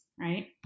Right